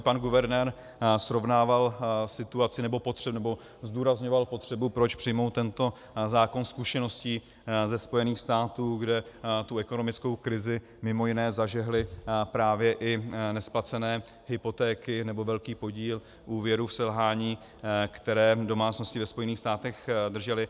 Pan guvernér srovnával situaci, nebo zdůrazňoval potřebu, proč přijmout tento zákon, zkušeností ze Spojených států, kde tu ekonomickou krizi mimo jiné zažehly právě i nesplacené hypotéky, nebo velký podíl úvěrů v selhání, které domácnosti ve Spojených státech držely.